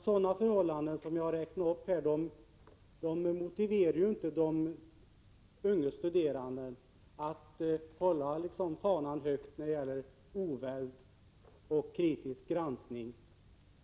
Sådana förhållanden som jag här har räknat upp motiverar ju inte de unga studerande att hålla fanan högt när det gäller oväld och kritisk granskning.